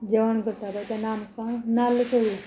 जेवण करता पळय तेन्ना आमकां नाल्ल